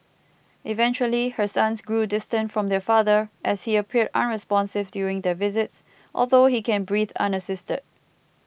eventually her sons grew distant from their father as he appeared unresponsive during their visits although he can breathe unassisted